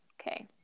okay